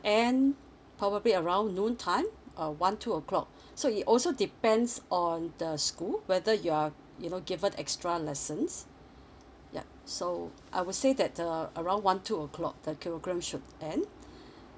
end probably around noon time uh one two o'clock so it also depends on the school whether you are you know given extra lessons yup so I will say that uh around one two o'clock the should end